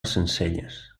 sencelles